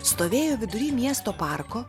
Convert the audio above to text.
stovėjo vidury miesto parko